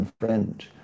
friend